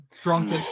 Drunk